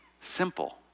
Simple